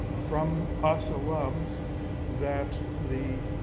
from us alumns that the,